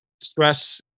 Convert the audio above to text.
stress